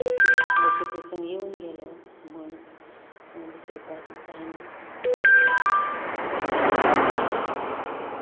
असो प्रसंग जर येवन गेलो म्हण विसरपाक जायना पोजिटिव्ह रावपाक जाय